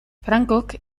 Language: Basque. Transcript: francok